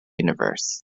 universe